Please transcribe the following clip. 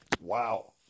Wow